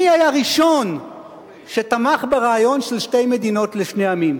מי היה הראשון שתמך ברעיון של שתי מדינות לשני עמים.